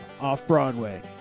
Off-Broadway